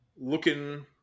looking